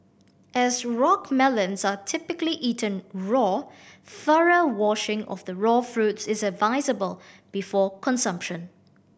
as rock melons are typically eaten raw thorough washing of the raw fruits is advisable before consumption